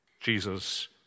Jesus